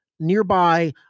nearby